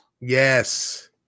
Yes